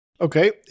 Okay